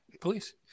Please